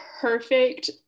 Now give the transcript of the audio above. Perfect